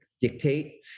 dictate